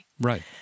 Right